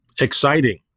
exciting